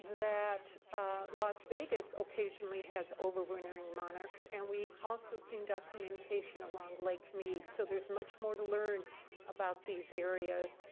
that las vegas occasionally has overwintering monarchs. and we've also seen documentation along lake mead. so there's much more to learn about these areas.